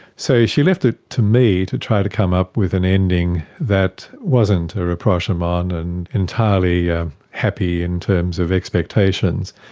so she left it to me to try to come up with an ending that wasn't a rapprochement and entirely happy in terms of expectations.